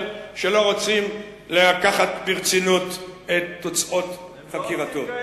שלא רוצים לקחת ברצינות את תוצאות חקירתו.